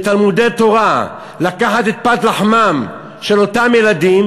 בתלמודי-תורה, לקחת את פת לחמם של אותם ילדים,